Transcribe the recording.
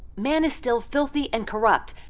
man is still filthy and corrupt,